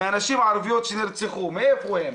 מהנשים הערביות שנרצחו מאיפה הן?